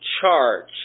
charge